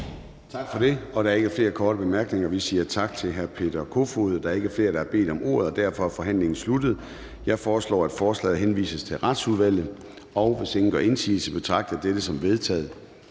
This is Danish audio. Tak for det. Der er ikke flere korte bemærkninger. Vi siger tak til hr. Peter Kofod. Der er ikke flere, der har bedt om ordet, og derfor er forhandlingen sluttet. Jeg foreslår, at forslaget til folketingsbeslutning henvises til Retsudvalget, og hvis ingen gør indsigelse, betragter jeg dette som vedtaget.